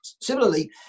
Similarly